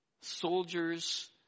Soldiers